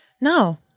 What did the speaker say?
No